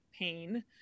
pain